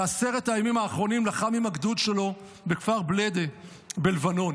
בעשרת הימים האחרונים לחם עם הגדוד שלו בכפר בלידא בלבנון.